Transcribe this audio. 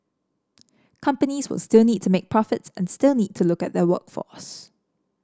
companies will still need to make profits and still need to look at their workforce